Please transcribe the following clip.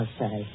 say